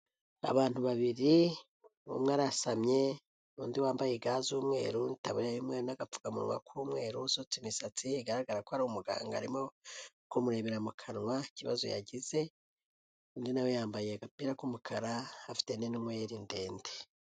Abantu babiri, umwe arasamye, undi wambaye ga z'umweru n'itaburiya y'umweru n'agapfukamunwa k'umweru, usutse imisatsi, bigaragara ko ari umuganga arimo kumurebera mu kanwa ikibazo yagize, undi na we yambaye agapira k'umukara, afite n'inweri ndende.